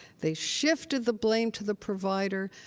they shifted the blame to the provider.